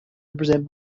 represent